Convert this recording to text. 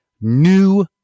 New